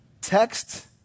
text